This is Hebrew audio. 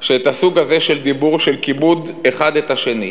שאת הסוג הזה של דיבור, של כיבוד אחד את השני,